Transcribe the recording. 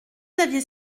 aviez